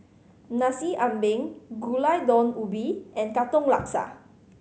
Nasi Ambeng Gulai Daun Ubi and Katong Laksa